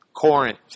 Corinth